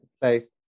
place